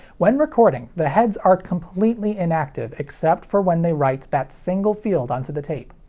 when recording, the heads are completely inactive except for when they write that single field onto the tape.